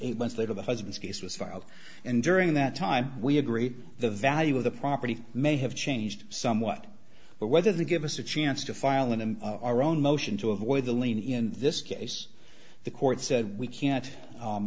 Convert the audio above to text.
eight months later the husband's case was filed and during that time we agree the value of the property may have changed somewhat but whether the give us a chance to file and our own motion to avoid the lien in this case the court said we can